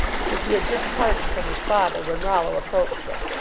be cause he had just parted from his father when rollo approached him.